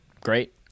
great